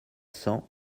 cent